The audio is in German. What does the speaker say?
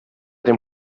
dem